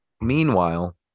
meanwhile